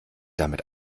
damit